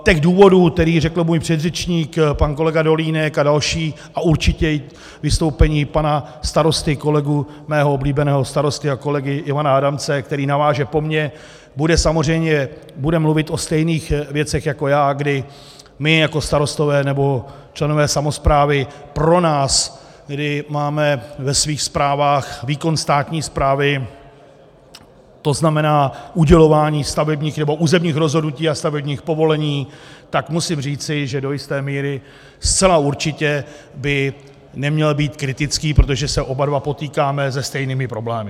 Těch důvodů, které řekl můj předřečník, pan kolega Dolínek, a další, a určitě i vystoupení pana starosty, kolegy, mého oblíbeného starosty a kolegy Ivana Adamce, který naváže po mně, bude samozřejmě mluvit o stejných věcech jako já, kdy my jako starostové nebo členové samosprávy pro nás, kdy máme ve svých správách výkon státní správy, to znamená udělování stavebních nebo územních rozhodnutí a stavebních povolení, tak musím říci, že do jisté míry zcela určitě by neměl být kritický, protože se oba dva potýkáme se stejnými problémy.